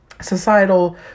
societal